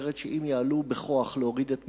אומרת שאם יעלו בכוח להוריד את מגרון,